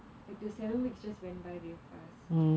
like the seven weeks just went by real fast